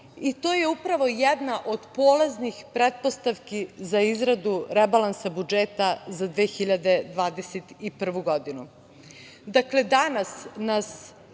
To je upravo jedna od polaznih pretpostavki za izradu rebalansa budžeta za 2021. godinu. Dakle, danas nas